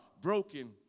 broken